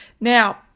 Now